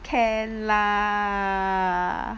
can lah